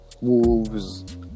Wolves